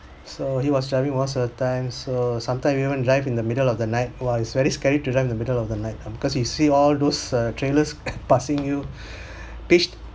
so he was driving most of the time so sometime even drive in the middle of the night !wah! it's very scary to drive in the middle of the night um because you see all those uh trailers passing you pitch